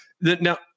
Now